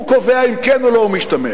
הוא קובע אם כן או לא הוא משתמש.